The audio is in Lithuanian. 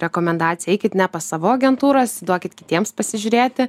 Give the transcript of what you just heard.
rekomendacija eikit ne pas savo agentūras duokit kitiems pasižiūrėti